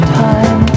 time